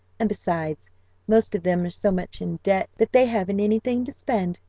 and besides most of them are so much in debt that they haven't anything to spend.